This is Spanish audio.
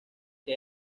que